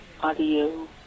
audio